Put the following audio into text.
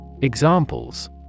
Examples